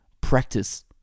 Practice